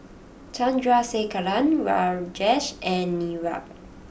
Chandrasekaran Rajesh and Niraj